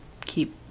keep